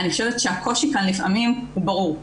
אני חושבת שהקושי כאן לפעמים הוא ברור.